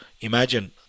Imagine